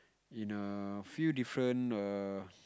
in a few different err